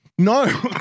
No